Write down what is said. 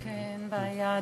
אין בעיה.